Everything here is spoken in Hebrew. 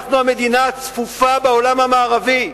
אנחנו המדינה הצפופה בעולם המערבי.